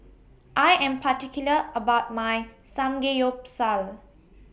I Am particular about My Samgeyopsal